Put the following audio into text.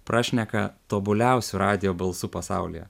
prašneka tobuliausiu radijo balsu pasaulyje